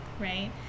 right